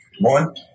One